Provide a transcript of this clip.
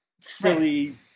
silly